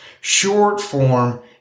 short-form